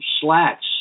slats